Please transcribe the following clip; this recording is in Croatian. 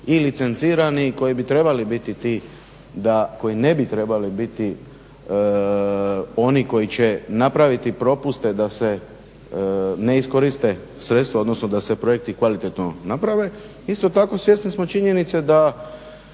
i licencirani i koji ne bi trebali biti oni koji će napraviti propuste da se ne iskoriste sredstva, odnosno da se projekti kvalitetno naprave. Isto tako svjesni smo činjenice da